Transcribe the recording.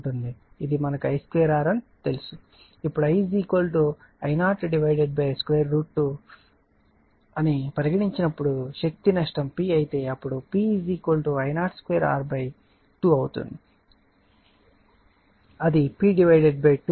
ఇది మనకు I2r అని తెలుసు అని అనుకుందాం ఇప్పుడు I I0 √ 2 అని పరిగణించినప్పుడు శక్తి నష్టం P అయితే అప్పుడు P I02 R 2 అవుతుంది అది P 2 అవుతుంది